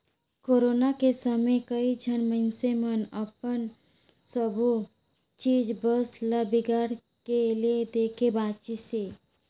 corona के समे कइझन मइनसे मन अपन सबो चीच बस ल बिगाड़ के ले देके बांचिसें